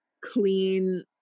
clean